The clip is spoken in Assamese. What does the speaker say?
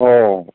অঁ